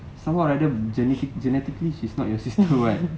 somehow like that genet~ genetically she's not your sister what